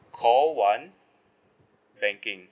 call one banking